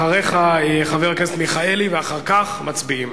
אחריך, חבר הכנסת מיכאלי, ואחר כך מצביעים.